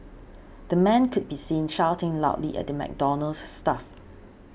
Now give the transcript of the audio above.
the man could be seen shouting loudly at the McDonald's staff